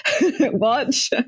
watch